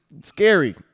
scary